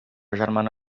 germana